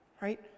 Right